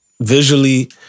visually